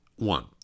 One